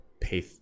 path